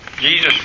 Jesus